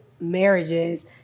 marriages